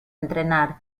entrenar